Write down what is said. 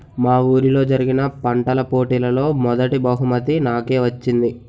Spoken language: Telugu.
మా వూరిలో జరిగిన పంటల పోటీలలో మొదటీ బహుమతి నాకే వచ్చింది